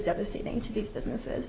devastating to these businesses